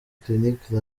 clinique